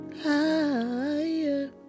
higher